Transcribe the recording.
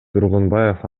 тургунбаев